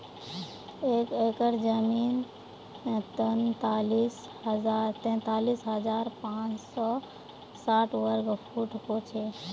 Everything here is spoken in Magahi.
एक एकड़ जमीन तैंतालीस हजार पांच सौ साठ वर्ग फुट हो छे